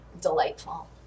delightful